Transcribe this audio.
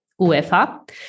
UEFA